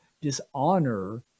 Dishonor